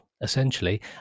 essentially